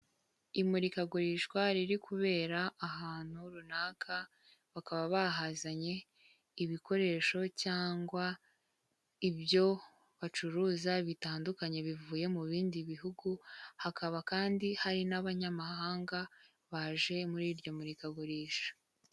Imurikagurisha riri kubera ahantu runaka, bakaba bahazanye ibikoresho cyangwa ibyo bacuruza bitandukanye bivuye mu bindi bihugu, hakaba kandi hari n'abanyamahanga baje muri iryo murikagurisha.